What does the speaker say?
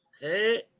Hey